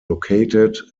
located